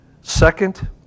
Second